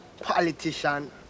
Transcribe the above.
politician